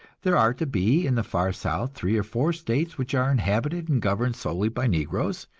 there are to be, in the far south, three or four states which are inhabited and governed solely by negroes,